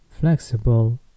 flexible